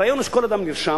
הרעיון הוא שכל אדם נרשם,